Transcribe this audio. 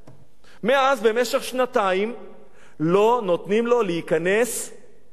מאז, במשך שנתיים לא נותנים לו להיכנס להר-הבית.